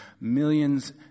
millions